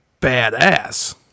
badass